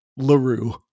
LaRue